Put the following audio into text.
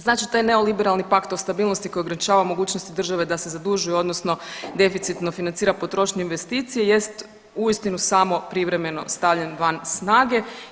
Znači taj neoliberalni pakt o stabilnosti koji ograničava mogućnosti države da se zadužuje, odnosno deficitno financira potrošnju investicije jest uistinu samo privremeno stavljen van snage.